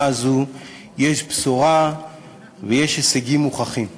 הזאת יש בשורה ויש הישגים מוכחים בו.